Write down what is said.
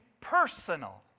personal